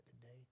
today